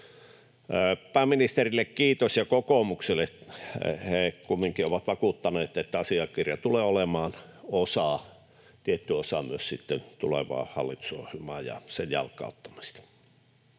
Pääministerille kiitos ja kokoomukselle — he kumminkin ovat vakuuttaneet, että asiakirja tulee olemaan tietty osa myös tulevaa hallitusohjelmaa ja sen jalkauttamista.